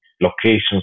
locations